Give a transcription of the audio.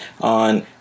on